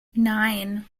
nine